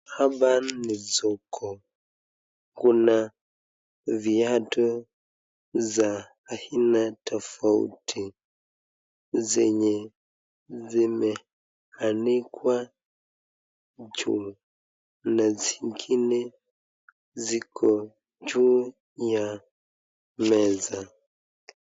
Hapa ni soko. Kuna viatu za aina tofauti zenye zimeanikwa juu na zingine ziko juu ya meza.